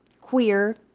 queer